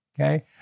okay